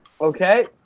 Okay